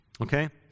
okay